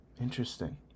Interesting